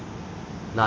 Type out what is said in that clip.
很少而已